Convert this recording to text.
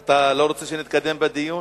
אתה לא רוצה שנתקדם בדיון?